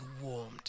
warmed